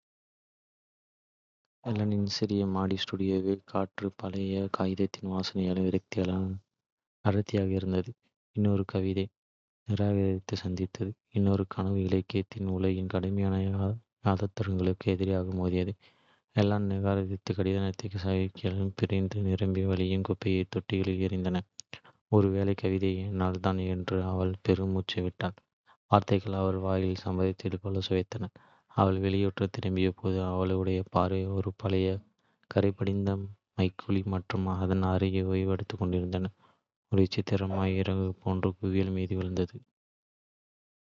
எல்லாளனின் சிறிய மாடி ஸ்டூடியோவின் காற்று பழைய காகிதத்தின் வாசனையாலும் விரக்தியாலும் அடர்த்தியாக இருந்தது. இன்னொரு கவிதை. நிராகரிப்பைச் சந்தித்தது, இன்னொரு கனவு இலக்கிய உலகின் கடுமையான யதார்த்தங்களுக்கு எதிராக மோதியது. எல்லாளன் நிராகரிப்புக். கடிதத்தைக் கசக்கிப் பிழிந்து நிரம்பி வழியும் குப்பைத் தொட்டியில் எறிந்தான். ஒருவேளை கவிதை எனக்கானதல்ல என்று அவள் பெருமூச்சு விட்டாள், வார்த்தைகள் அவள் வாயில் சாம்பலைப் போல சுவைத்தன. அவள் வெளியேறத் திரும்பியபோது, அவளுடைய பார்வை ஒரு பழைய, கறைபடிந்த மைக்குழி மற்றும் அதன் அருகே ஓய்வெடுத்துக் கொண்டிருந்த ஒரு விசித்திரமான. இறகு போன்ற குயில் மீது விழுந்தது. ஆர்வம் தூண்டியது, அவள் குயிலை எடுத்தாள். அவள் கையில் அது வியக்கத்தக்க வகையில் லேசாக, ஏறக்குறைய எடையற்றதாக இருந்தது.